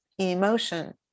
emotion